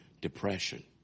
depression